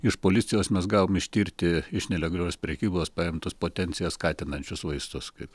iš policijos mes gavom ištirti iš nelegalios prekybos paimtus potenciją skatinančius vaistus kaip